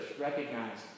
recognized